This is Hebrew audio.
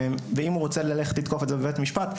ואם הוא רוצה ללכת לתקוף את זה בבית משפט,